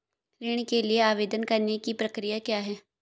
ऋण के लिए आवेदन करने की प्रक्रिया क्या है?